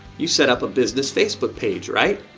you set up a business facebook page, right?